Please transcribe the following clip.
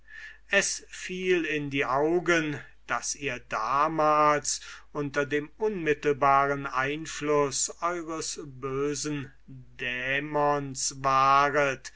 es fiel in die augen daß ihr damals unter dem unmittelbaren einfluß eures bösen dämons waret